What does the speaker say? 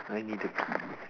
I need to pee